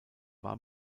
war